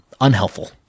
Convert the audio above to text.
unhelpful